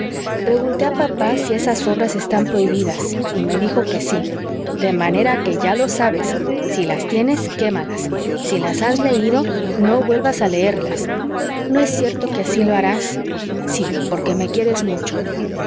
pregunté a papá si esas obras están prohibidas y me dijo que sí de manera que ya lo sabes si las tienes quémalas si las has leído no vuelvas a leerlas no es cierto que así lo harás sí porque me quieres mucho